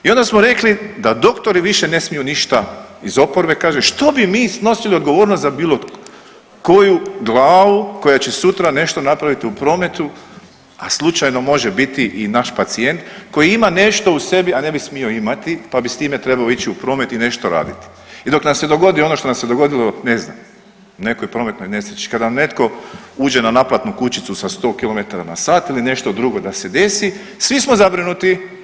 I onda smo rekli da doktori više ne smiju više ništa, iz oporbe kaže što bi mi snosili odgovornost za bilo koju glavu koja će sutra nešto napraviti u prometu, a slučajno može biti i naš pacijent koji ima nešto u sebi, a ne bi smio imati pa bi s time trebao ići u promet i nešto raditi i dok nam se dogodi ono što nam se dogodilo, ne znam, u nekoj prometnoj nesreći kada nam netko uđe na naplatnu kućicu sa 100 km na sat ili nešto drugo da se desi, svi smo zabrinuti.